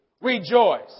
Rejoice